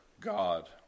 God